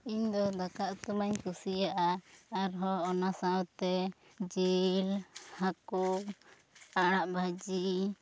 ᱤᱧ ᱫᱚ ᱫᱟᱠᱟ ᱩᱛᱩ ᱢᱟᱹᱧ ᱠᱩᱥᱤᱭᱟᱜᱼᱟ ᱟᱨ ᱦᱚᱸ ᱚᱱᱟ ᱥᱟᱶ ᱛᱮ ᱡᱤᱞ ᱦᱟᱹᱠᱩ ᱟᱨ ᱟᱲᱟᱜ ᱵᱷᱟᱹᱡᱤ